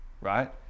right